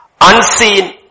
Unseen